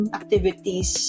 activities